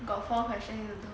got four question need to do